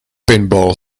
pinball